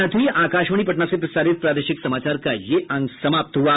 इसके साथ ही आकाशवाणी पटना से प्रसारित प्रादेशिक समाचार का ये अंक समाप्त हुआ